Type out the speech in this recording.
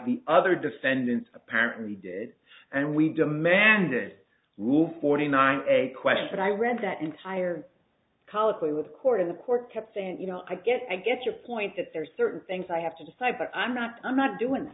the other defendants apparently did and we demanded rule forty nine a question i read that entire colloquy with the court and the court kept saying you know i get i get your point that there are certain things i have to decide but i'm not i'm not doing